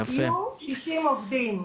יהיו 60 עובדים.